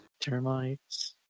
Termites